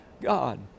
God